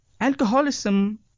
Alcoholism